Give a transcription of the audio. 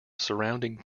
surrounding